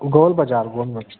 गोल बाज़ारि गोल में